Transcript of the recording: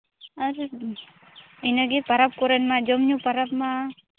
ᱟᱨ ᱤᱱᱟᱹᱜᱮ ᱯᱟᱨᱟᱵᱽ ᱠᱚᱨᱮᱫ ᱢᱟ ᱡᱚᱢ ᱧᱩ ᱯᱟᱨᱟᱵᱽ ᱢᱟ